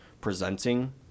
presenting